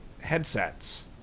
headsets